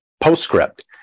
postscript